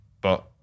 but-